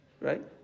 right